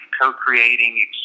co-creating